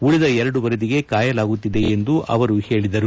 ಉಳದ ಎರಡು ವರದಿಗೆ ಕಾಯಲಾಗುತ್ತಿದೆ ಎಂದು ಅವರು ಹೇಳಿದರು